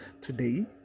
Today